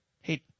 Hey